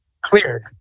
cleared